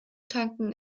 tanken